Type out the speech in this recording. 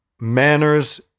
manners